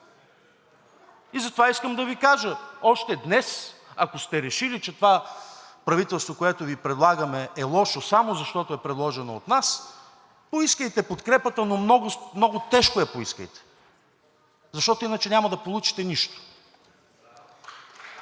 И затова искам да Ви кажа още днес: ако сте решили, че това правителство, което Ви предлагаме, е лошо само защото е предложено от нас, поискайте подкрепата, но много тежко я поискайте, защото иначе няма да получите нищо.